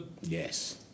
Yes